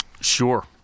Sure